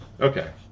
Okay